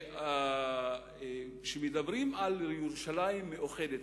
גם שכשמדברים על ירושלים מאוחדת,